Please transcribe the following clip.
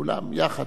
כולם יחד.